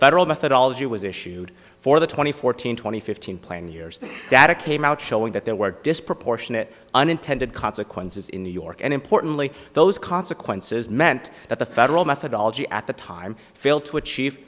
federal methodology was issued for the twenty fourteen twenty fifteen plan years that it came out showing that there were disproportionate unintended consequences in new york and importantly those consequences meant that the federal methodology at the time failed to achieve